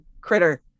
critter